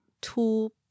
two